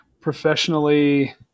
professionally